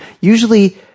Usually